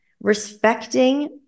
respecting